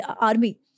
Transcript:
army